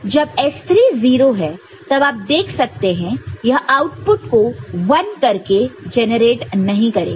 जब S3 0 है तब आप देख सकते हैं यह आउटपुट को 1 करके जेनरेट नहीं करेगा